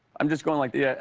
i'm just going like, yeah